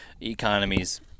economies